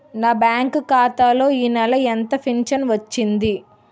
నా బ్యాంక్ ఖాతా లో ఈ నెల ఎంత ఫించను వచ్చింది?